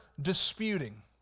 disputing